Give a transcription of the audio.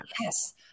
Yes